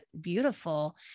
beautiful